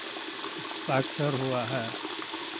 साक्षर हुआ है